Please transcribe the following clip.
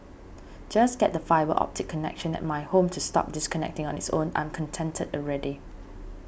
just get the fibre optic connection at my home to stop disconnecting on its own I'm contented already